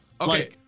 Okay